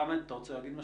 חמד, אתה רוצה להגיד משהו?